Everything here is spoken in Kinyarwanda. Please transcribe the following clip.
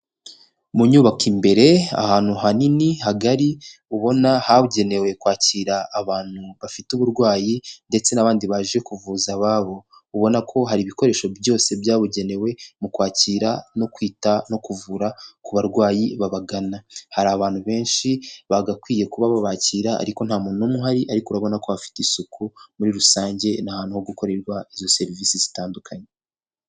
Mu nyubako imbere ahantu hanini hagari ubona hagenewe kwakira abantu bafite uburwayi ndetse n'abandi baje kuvuza ababo. Ubona ko hari ibikoresho byose byabugenewe mu kwakira no kwita no kuvura ku barwayi baje bagana. Hari abantu benshi bagakwiye kuba babakira ariko nta muntu n'umwe uhari ariko urabona ko bafite isuku muri rusange, ni ahantu ho gukorerwa izo serivisi zitandukanye.